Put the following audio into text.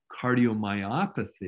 cardiomyopathy